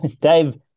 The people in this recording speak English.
Dave